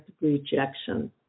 rejection